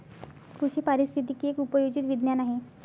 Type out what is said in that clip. कृषी पारिस्थितिकी एक उपयोजित विज्ञान आहे